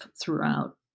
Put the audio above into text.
throughout